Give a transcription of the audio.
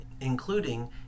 including